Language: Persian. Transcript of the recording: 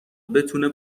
بتونه